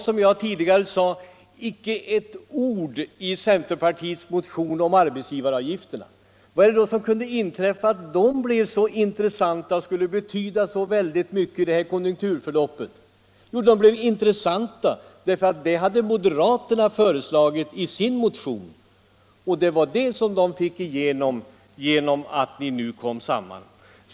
Som jag tidigare sade stod det inte ett ord om arbetsgivaravgifterna i centerpartiets motion. Varför blev de då så intressanta och betydelsefulla i konjunkturförloppet? Jo, de blev intressanta därför att moderaterna hade föreslagit en sådan åtgärd i sin motion. Det var det kravet som de fick igenom när ni gick samman.